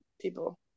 people